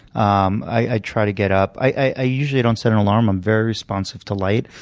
um i try to get up. i usually don't set an alarm. i'm very responsive to light.